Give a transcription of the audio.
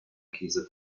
käse